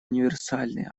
универсальны